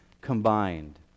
combined